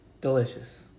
Delicious